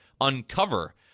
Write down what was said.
uncover